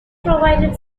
provided